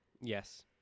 Yes